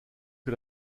que